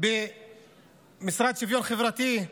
במשרד לשוויון חברתי,